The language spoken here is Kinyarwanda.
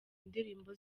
indirimbo